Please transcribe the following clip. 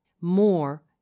More